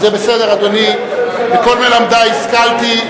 זה בסדר, אדוני, מכל מלמדי השכלתי.